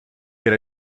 get